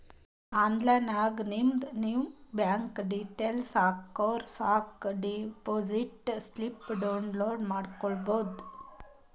online ನಾಗ್ ನಿಮ್ದು ನಿಮ್ ಬ್ಯಾಂಕ್ ಡೀಟೇಲ್ಸ್ ಹಾಕುರ್ ಸಾಕ್ ಡೆಪೋಸಿಟ್ ಸ್ಲಿಪ್ ಡೌನ್ಲೋಡ್ ಮಾಡ್ಕೋಬೋದು